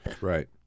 Right